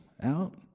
out